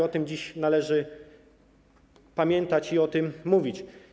O tym dziś należy pamiętać i o tym mówić.